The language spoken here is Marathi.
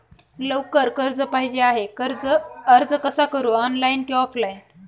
लवकर कर्ज पाहिजे आहे अर्ज कसा करु ऑनलाइन कि ऑफलाइन?